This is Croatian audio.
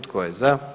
Tko je za?